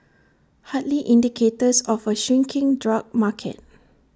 hardly indicators of A shrinking drug market